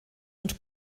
und